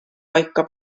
paika